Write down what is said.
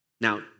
Now